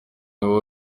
wowe